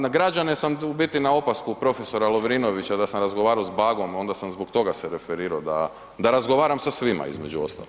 Na građane sam, u biti na opasku prof. Lovrinovića da sam razgovarao s Bagom, onda sam zbog toga se referirao da razgovaram sa svima, između ostalog.